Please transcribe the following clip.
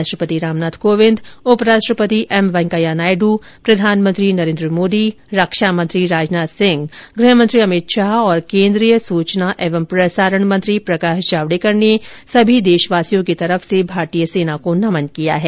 राष्ट्रपति रामनाथ कोविंद उप राष्ट्रपति एम वेंकैया नायडु प्रधानमंत्री नरेन्द्र मोदी रक्षा मंत्री राजनाथ सिंह गृह मंत्री अमित शाह और केन्द्रीय सूचना और प्रसारण मंत्री प्रकाश जावडेकर ने सभी देशवासियों की तरफ से भारतीय सेना को नमन किया है